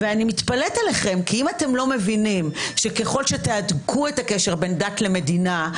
אני מתפלאת עליכם שאתם לא מבינים שככל שתהדקו את הקשר בין דת למדינה,